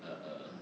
uh uh